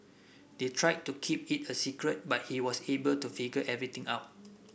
they tried to keep it a secret but he was able to figure everything out